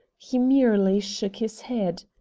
he merely shook his head.